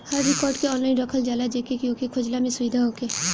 हर record के online रखल जाला जेसे की ओके खोजला में सुबिधा होखे